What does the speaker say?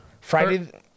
Friday